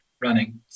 running